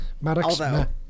Maddox